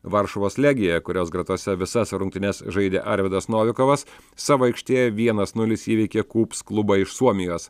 varšuvos legija kurios gretose visas rungtynes žaidė arvydas novikovas savo aikštėje vienas nulis įveikė kūps klubą iš suomijos